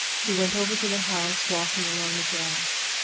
he went over to the house, walking along the grass.